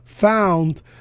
found